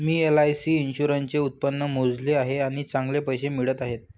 मी LIC इन्शुरन्सचे उत्पन्न मोजले आहे आणि चांगले पैसे मिळत आहेत